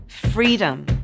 freedom